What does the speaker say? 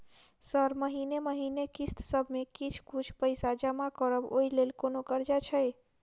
Sir महीने महीने किस्तसभ मे किछ कुछ पैसा जमा करब ओई लेल कोनो कर्जा छैय?